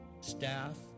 staff